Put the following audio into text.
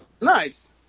nice